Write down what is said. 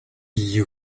you